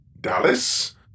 Dallas